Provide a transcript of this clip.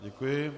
Děkuji.